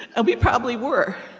and we probably were,